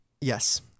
Yes